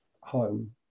home